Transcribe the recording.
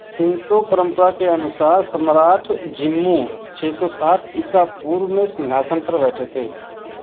Shinto परम्परा के अनुसार सम्राट जम्मू छह सौ साठ ईसा पूर्व में सिंहासन पर बैठे थे